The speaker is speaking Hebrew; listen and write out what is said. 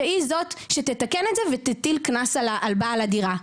שהיא זאת שתתקן את זה ותטיל קנס על בעל הדירה.